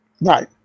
Right